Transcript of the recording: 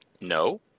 no